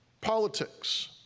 politics